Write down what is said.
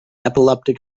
epileptic